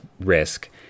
risk